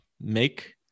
make